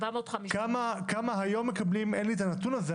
כמה היום מקבלים אין לי את הנתון הזה,